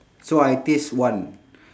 so I taste one